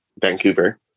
vancouver